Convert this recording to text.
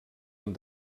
amb